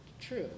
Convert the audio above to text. true